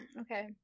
Okay